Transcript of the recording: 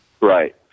Right